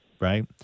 right